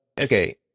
Okay